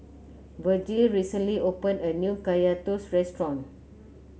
Virgel recently opened a new Kaya Toast restaurant